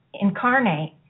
incarnate